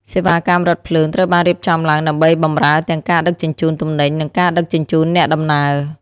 សេវាកម្មរថភ្លើងត្រូវបានរៀបចំឡើងដើម្បីបម្រើទាំងការដឹកជញ្ជូនទំនិញនិងការដឹកជញ្ជូនអ្នកដំណើរ។